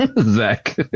Zach